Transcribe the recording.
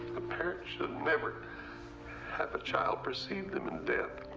a parent should never have a child precede them in death.